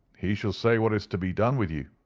he shall say what is to be done with you.